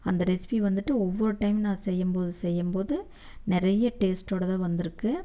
அந்த ரெசிப்பி வந்துட்டு ஒவ்வொரு டையம் நான் செய்யும்போது செய்யும்போது நிறைய டேஸ்டோடு தான் வந்திருக்கு